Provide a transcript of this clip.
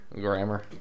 Grammar